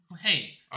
Hey